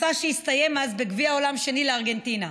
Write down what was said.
מסע שהסתיים אז בגביע עולם שני לארגנטינה.